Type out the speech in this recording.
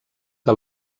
que